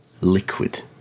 liquid